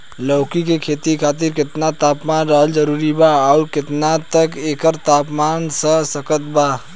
लौकी के खेती खातिर केतना तापमान रहल जरूरी बा आउर केतना तक एकर तापमान सह सकत बा?